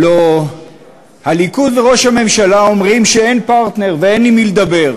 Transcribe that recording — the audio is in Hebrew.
הלוא הליכוד וראש הממשלה אומרים שאין פרטנר ואין עם מי לדבר,